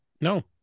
No